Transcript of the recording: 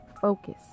focus